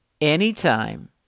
anytime